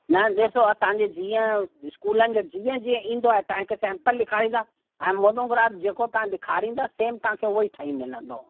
न ॾिसो असांजे जीअं स्कूलनि जो जीअं जीअं ईंदो आहे तव्हां हिकु सैम्पल ॾेखारींदा हाणे मोनोग्राम जेको तव्हां ॾेखारींदा सेम तव्हां खे उहो ई ठही मिलंदो